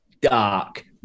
dark